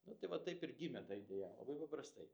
nu tai va taip ir gimė ta idėja labai paprastai